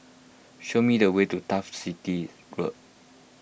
show me the way to Turf City Road